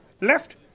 left